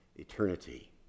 Eternity